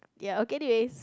there're okay days